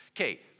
Okay